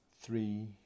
three